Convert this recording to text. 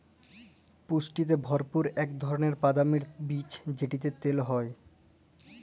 পুষ্টিতে ভরপুর ইক ধারালের বাদামের বীজ যেটতে তেল হ্যয়